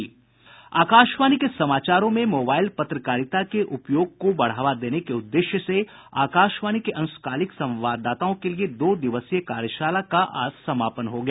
आकाशवाणी के समाचारों में मोबाइल पत्रकारिता के उपयोग को बढ़ावा देने के उद्देश्य से आकाशवाणी के अंशकालिक संवाददाताओं के लिए दो दिवसीय कार्यशाला का आज समापन हो गया